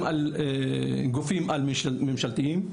גם על גופים על-ממשלתיים,